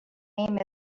name